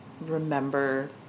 remember